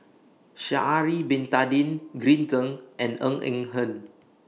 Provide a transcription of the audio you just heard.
Sha'Ari Bin Tadin Green Zeng and Ng Eng Hen